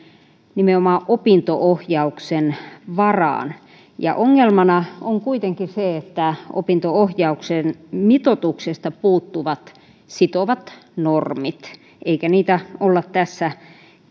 nimenomaan opinto ohjauksen varaan ongelmana on kuitenkin se että opinto ohjauksen mitoituksesta puuttuvat sitovat normit eikä niitä olla tässäkään